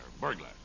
burglar